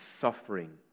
suffering